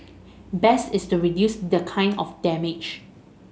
best is to reduce the kind of damage